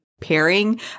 pairing